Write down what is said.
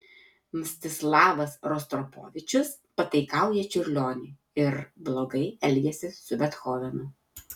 mstislavas rostropovičius pataikauja čiurlioniui ir blogai elgiasi su bethovenu